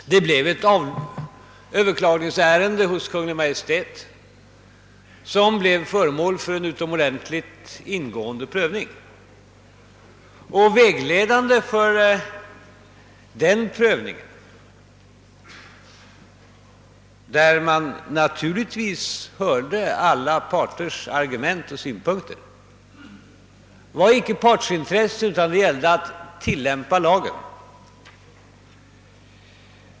Det blev ett överklagningsärende hos Kungl. Maj:t vilket prövades utomordentligt ingående. Vägledande vid den prövningen, där man naturligtvis hörde alla parters argument och synpunkter, var inte partsintresse utan det gällde att tillämpa lagen.